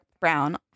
brown